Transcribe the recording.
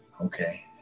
Okay